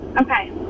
Okay